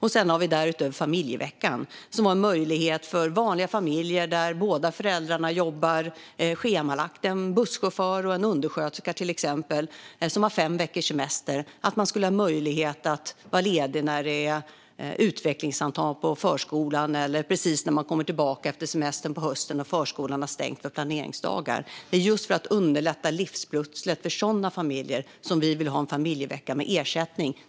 Därutöver har vi familjeveckan, som var en möjlighet för föräldrar som jobbar schemalagt, till exempel en busschaufför och en undersköterska som har fem veckors semester, att vara ledig när det är utvecklingssamtal på förskolan eller när förskolan har stängt för planeringsdagar på hösten precis när man kommer tillbaka efter semestern. Det är just för att underlätta livspusslet för sådana familjer som vi vill ha en familjevecka med ersättning.